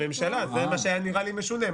זה מה שהיה נראה לי משונה.